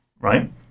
right